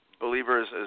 Believers